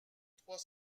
trois